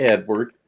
Edward